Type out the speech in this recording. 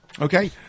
Okay